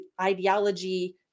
Ideology